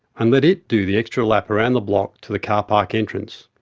and let it do the extra lap around the block to the carpark entrance?